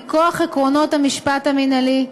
מכוח עקרונות המשפט המינהלי,